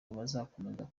bazakomeza